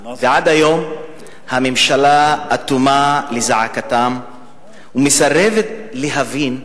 ועד היום הממשלה אטומה לזעקתם ומסרבת להבין.